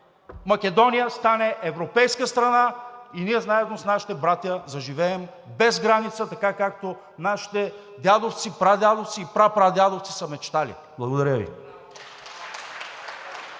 Македония стане европейска страна и ние заедно с нашите братя заживеем без граница така, както нашите дядовци, прадядовци и прапрадядовци са мечтали. Благодаря Ви.